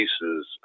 pieces